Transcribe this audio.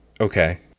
Okay